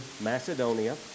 Macedonia